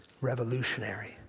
revolutionary